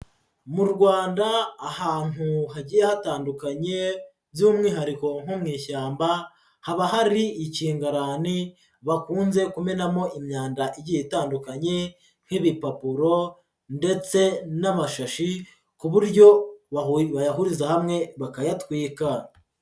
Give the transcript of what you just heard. Mu Rwanda ahantu hagiye hatandukanye by'umwihariko nko mu ishyamba, haba hari ikingarani bakunze kumenamo imyanda igiye itandukanye nk'ibipapuro ndetse n'amashashi ku buryo bayahuriza hamwe bakayatwika.